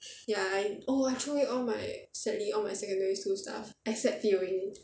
ya I oh I throw away all my sadly all my secondary school stuff except P_O_A